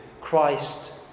Christ